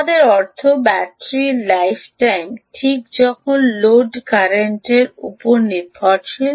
আমার অর্থ ব্যাটারির লাইফ টাইম ঠিক এখন লোড কারেন্টের উপর নির্ভরশীল